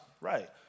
right